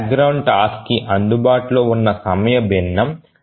background task కి అందుబాటులో ఉన్న సమయ భిన్నం 0